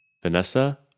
Vanessa